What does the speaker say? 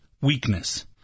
weakness